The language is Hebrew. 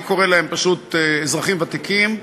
אני קורא להם פשוט אזרחים ותיקים,